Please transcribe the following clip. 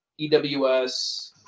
EWS